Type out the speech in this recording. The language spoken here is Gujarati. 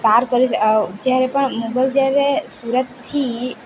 જ્યારે પણ મુગલ જ્યારે સુરતથી